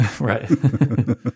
right